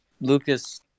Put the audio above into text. Lucas